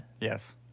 yes